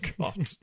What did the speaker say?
God